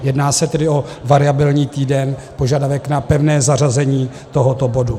Jedná se tedy o variabilní týden, požadavek na pevné zařazení tohoto bodu.